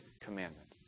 commandment